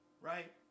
right